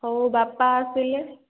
ହଉ ବାପା ଆସିଲେ